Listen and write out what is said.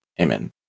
Amen